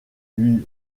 lui